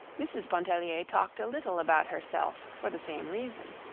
mrs. pontellier talked a little about herself for the same reason.